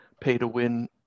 pay-to-win